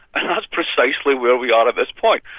and that's precisely where we are at this point.